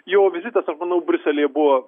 jo vizitas aš manau briuselyje buvo